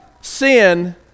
sin